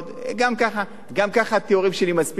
גם ככה התיאורים שלי מספיק קשים,